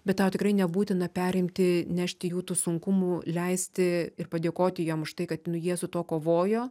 bet tau tikrai nebūtina perimti nešti jų tų sunkumų leisti ir padėkoti jiem už tai kad jie su tuo kovojo